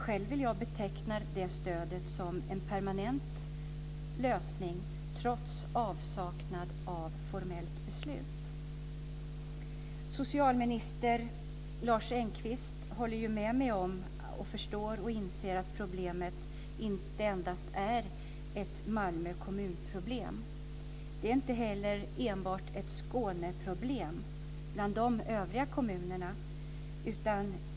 Själv vill jag beteckna det stödet som en permanent lösning, trots avsaknad av formellt beslut. Socialminister Lars Engqvist håller ju med mig om och förstår och inser att problemet inte är ett problem endast för Malmö kommun. Det är inte heller enbart ett problem för kommunerna i Skåne.